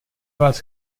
vás